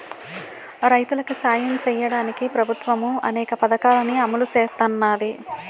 రైతులికి సాయం సెయ్యడానికి ప్రభుత్వము అనేక పథకాలని అమలు సేత్తన్నాది